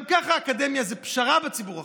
גם ככה האקדמיה זו פשרה בציבור החרדי,